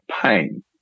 pain